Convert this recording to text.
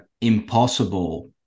impossible